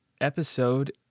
episode